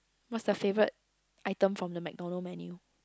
what's the favourite item from the MacDonald menu